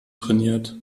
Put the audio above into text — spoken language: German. trainiert